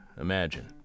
imagine